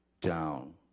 down